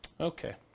Okay